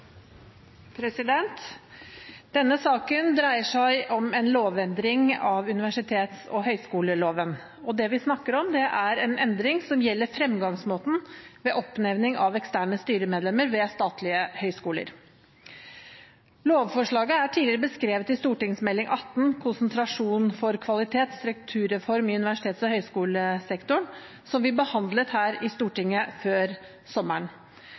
5. Denne saken dreier seg om en lovendring av universitets- og høyskoleloven. Det vi snakker om, er en endring som gjelder fremgangsmåten ved oppnevning av eksterne styremedlemmer ved statlige høyskoler. Lovforslaget er tidligere beskrevet i Meld. St. 18 for 2014–2015 Konsentrasjon for kvalitet – Strukturreform i universitets- og høyskolesektoren, som vi behandlet her i Stortinget før sommeren.